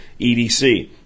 EDC